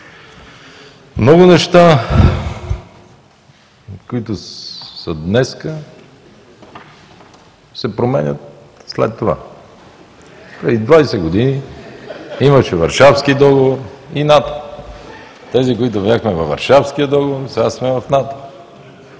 Много неща, които са днес, се променят след това. Преди 20 години имаше Варшавски договор и НАТО. Тези, които бяхме във Варшавския договор, сега сме в НАТО.